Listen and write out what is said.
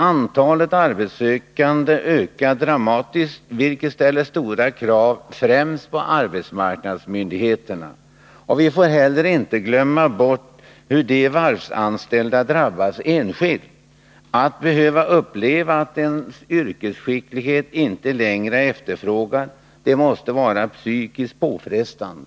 Antalet arbetssökande ökar dramatiskt, vilket ställer stora krav på främst arbetsmarknadsmyndigheterna. Vi får inte heller glömma hur de varvsanställda drabbas enskilt. Att behöva uppleva att ens yrkesskicklighet inte längre är efterfrågad måste vara psykiskt påfrestande.